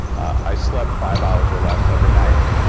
i slept five hours or less every night.